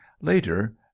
later